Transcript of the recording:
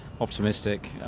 optimistic